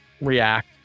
react